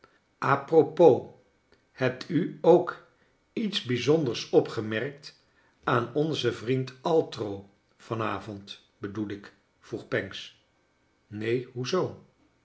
propos hebt u ook iets bijzonders opgemerkt aan onzen vriend altro van avond bedoel ik vroeg pancks neen hoe zoo